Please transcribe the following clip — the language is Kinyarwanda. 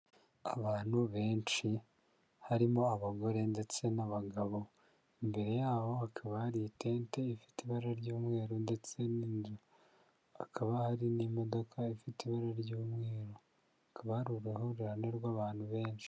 Abantu benshi harimo abagore ndetse n'abagabo imbere yabo hakaba hari itente ifite ibara ry'umweru ndetse n'inzu hakaba hari n'imodoka ifite ibara ry'umweru hakaba hari uruhurriane rw'abantu benshi.